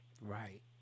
Right